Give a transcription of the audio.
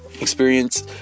experience